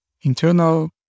internal